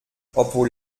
obwohl